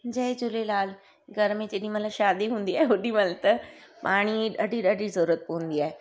जय झूलेलाल घर में जेॾीमहिल शादी हूंदी आहे ओॾीमहिल त पाणीअ जी ॾाढी ॾाढी ज़रूरत पंवदी आहे